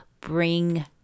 bring